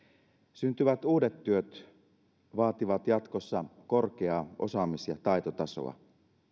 syntyvät uudet työt vaativat jatkossa korkeaa osaamis ja taitotasoa